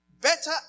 Better